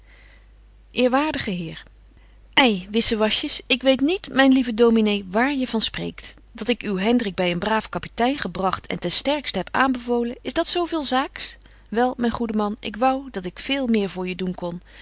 eerwaardige heer ei wissewasjes ik weet niet myn lieve domine waar je van spreekt dat ik uw hendrik by een braaf kaptein gebragt en ten sterksten heb aanbevolen is dat zo veel zaaks wel myn goede man ik wou dat ik veel meer voor je doen kon